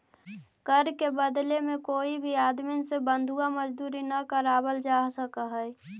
कर के बदले में कोई भी आदमी से बंधुआ मजदूरी न करावल जा सकऽ हई